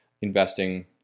investing